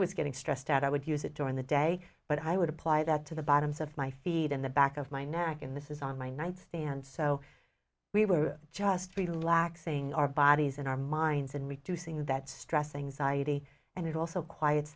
was getting stressed out i would use it during the day but i would apply that to the bottoms of my feet and the back of my neck in this is on my nightstand so we were just relaxing our bodies and our minds and reducing that stress anxiety and it also quiets